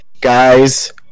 guys